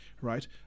right